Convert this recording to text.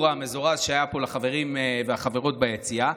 המזורז שהיה פה לחברים ולחברות ביציע.